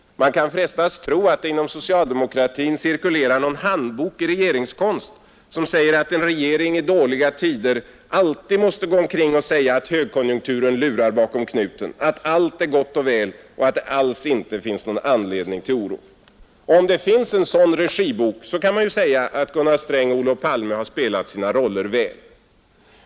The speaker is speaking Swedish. Man kan frestas tro att det inom socialdemokratin cirkulerar någon handbok i regeringskonst som säger att en regering i dåliga tider alltid måste gå omkring och säga att högkonjunkturen lurar bakom knuten, att allt är gott och väl och att det alls inte finns någon anledning till oro. Om det finns en sådan regibok, så kan man ju säga att Gunnar Sträng och Olof Palme spelat sina roller väl.